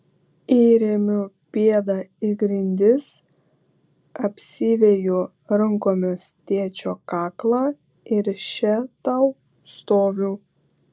įremiu pėdą į grindis apsiveju rankomis tėčio kaklą ir še tau stoviu